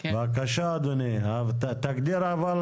כן, וגם היא ראויה לשבח.